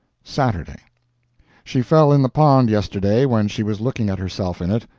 saturday she fell in the pond yesterday when she was looking at herself in it,